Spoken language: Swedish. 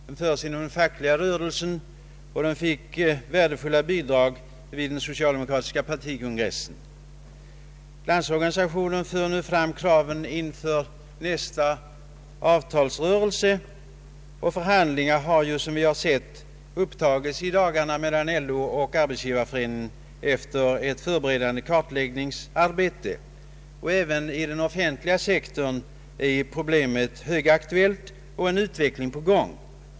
Den förs inom den fackliga rörelsen, och den fick värdefulla bidrag vid den socialdemokratiska partikongressen. LO för nu fram kraven inför nästa avtalsrörelse, och förhandlingar har, som vi sett, i dagarna upptagits mellan LO och Svenska arbetsgivareföreningen efter ett förberedande kartläggningsarbete. Även inom den offentliga sektorn är problemet högaktuellt och en utveckling på gång.